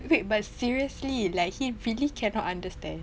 wait but seriously like he really cannot understand